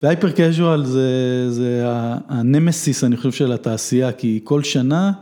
והייפר קז'ואל זה זה הנמסיס אני חושב של התעשייה, כי כל שנה...